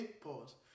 Pause